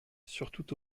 surtout